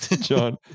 John